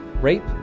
rape